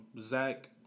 Zach